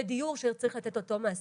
ודיור שצריך לתת אותו מעסיק.